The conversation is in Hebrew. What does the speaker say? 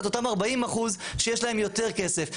את אותם 40% שיש להם יותר כסף.